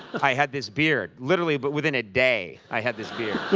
i had this beard, literally, but within a day, i had this beard.